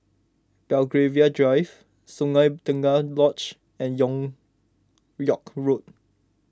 Belgravia Drive Sungei Tengah Lodge and York York Road